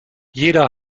jeder